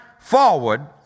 forward